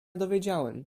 dowiedziałem